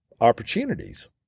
opportunities